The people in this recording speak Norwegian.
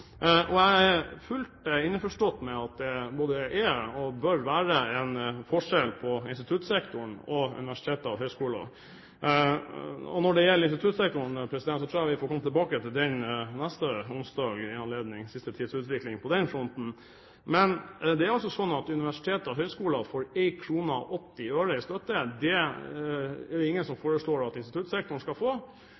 det både er og bør være en forskjell på instituttsektoren og universiteter og høyskoler. Når det gjelder instituttsektoren, tror jeg vi får komme tilbake til den neste onsdag i anledning siste tids utvikling på den fronten. Men det er altså slik at universiteter og høyskoler får kr 1,80 i støtte. Det er det ingen som